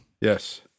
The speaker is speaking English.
Yes